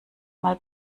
mal